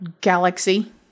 galaxy